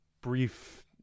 brief